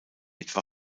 etwa